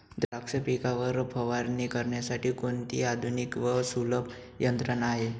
द्राक्ष पिकावर फवारणी करण्यासाठी कोणती आधुनिक व सुलभ यंत्रणा आहे?